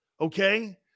okay